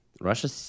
Russia